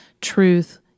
truth